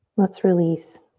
let's release.